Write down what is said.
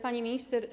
Pani Minister!